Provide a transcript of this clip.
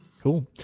Cool